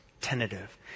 tentative